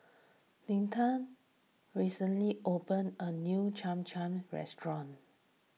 Leonta recently opened a new Cham Cham restaurant